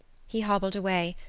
he hobbled away,